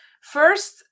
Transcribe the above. First